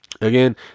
again